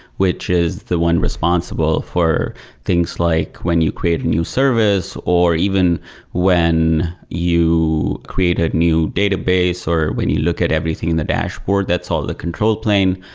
which is the one responsible for things like when you create a new service, or even when you create a new database, or when you look at everything in the dashboard. that's all the control plane,